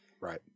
Right